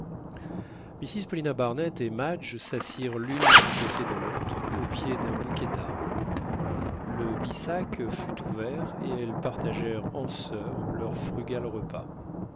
mrs paulina barnett et madge s'assirent l'une à côté de l'autre au pied d'un bouquet d'arbres le bissac fut ouvert et elles partagèrent en soeurs leur frugal repas